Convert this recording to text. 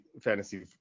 fantasy